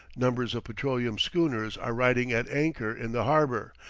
numbers of petroleum-schooners are riding at anchor in the harbor,